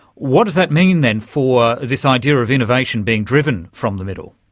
what does that mean then for this idea of innovation being driven from the middle?